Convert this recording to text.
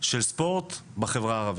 של ספורט בחברה הערבית.